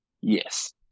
Yes